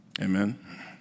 Amen